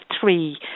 three